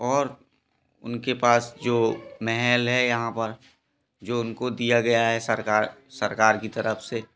और उनके पास जो महल है यहाँ पर जो उनको दिया गया है सरकार सरकार की तरफ से